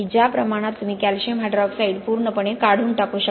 ज्या प्रमाणात तुम्ही कॅल्शियम हायड्रॉक्साइड पूर्णपणे काढून टाकू शकता